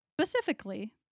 specifically